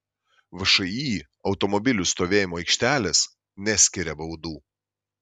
všį automobilių stovėjimo aikštelės neskiria baudų